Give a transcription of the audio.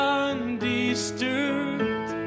undisturbed